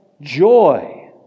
joy